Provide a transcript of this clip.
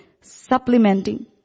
supplementing